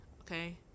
okay